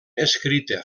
escrita